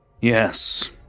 Yes